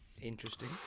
interesting